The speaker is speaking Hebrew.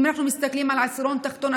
אם אנחנו מסתכלים על העשירון התחתון,